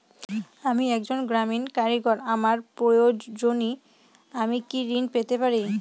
আমি একজন গ্রামীণ কারিগর আমার প্রয়োজনৃ আমি কি ঋণ পেতে পারি?